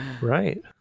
Right